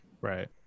Right